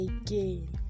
again